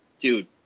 dude